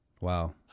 Wow